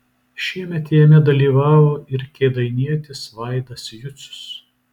šiemet jame dalyvavo ir kėdainietis vaidas jucius